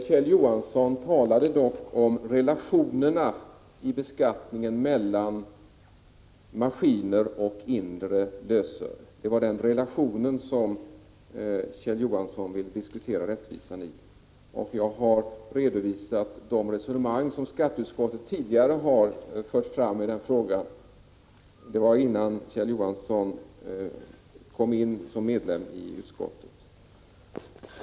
Kjell Johansson talade om relationerna mellan maskiner och lösöre i beskattningen. Kjell Johansson ville diskutera rättvisan när det gäller denna relation. Jag har redovisat de resonemang som skatteutskottet tidigare har fört fram i denna fråga. Det var innan Kjell Johansson blev ledamot i utskottet.